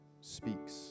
speaks